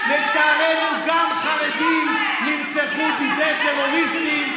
לצערנו גם חרדים נרצחו בידי טרוריסטים,